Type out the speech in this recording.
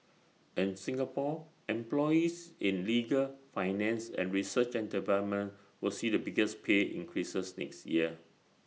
in Singapore employees in legal finance and research and development will see the biggest pay increases next year